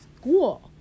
school